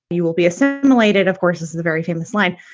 you will be stimulated. of course, this is a very famous line.